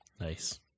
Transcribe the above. Nice